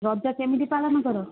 ରଜ କେମିତି ପାଳନ କର